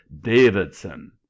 davidson